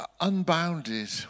unbounded